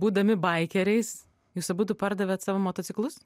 būdami baikeriais jūs abudu pardavėt savo motociklus